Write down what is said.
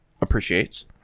appreciates